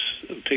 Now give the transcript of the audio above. people